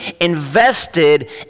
invested